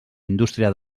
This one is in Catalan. indústria